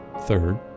Third